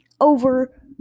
over